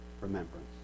remembrance